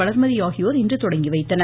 வளர்மதி ஆகியோர் இன்று தொடங்கிவைத்தனர்